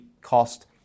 cost